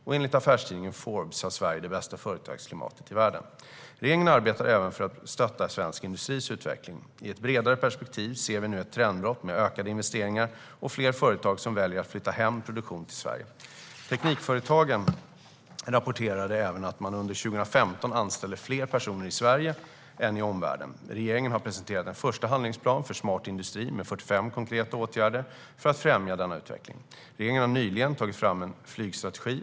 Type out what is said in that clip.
Och enligt affärstidningen Forbes har Sverige det bästa företagsklimatet i världen. Regeringen arbetar även för att stötta svensk industris utveckling. I ett bredare perspektiv ser vi nu ett trendbrott med ökade investeringar och fler företag som väljer att flytta hem produktion till Sverige. Teknikföretagen rapporterade även att man under 2015 anställde fler personer i Sverige än i omvärlden. Regeringen har presenterat en första handlingsplan för Smart industri med 45 konkreta åtgärder för att främja denna utveckling. Regeringen har nyligen tagit fram en flygstrategi.